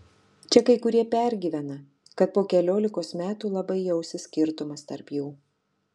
čia kai kurie pergyvena kad po keliolikos metų labai jausis skirtumas tarp jų